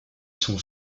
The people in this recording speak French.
son